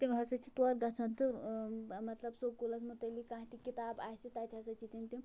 تِم ہسا چھِ تور گژھان تہٕ ٲں مطلب سکوٗلَس متعلق کانٛہہ تہِ کتاب آسہِ تتہِ ہسا چھِ تِم تِم